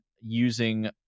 using